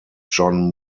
john